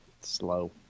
Slow